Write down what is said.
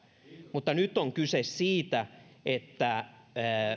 mutta nyt on kyse siitä että